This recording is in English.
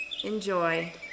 Enjoy